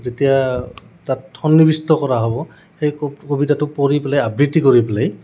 যেতিয়া তাত সন্নিবিষ্ট কৰা হ'ব সেই কবিতাটো পঢ়ি পেলাই আবৃত্তি কৰি পেলাই